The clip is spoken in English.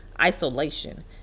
isolation